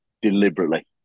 deliberately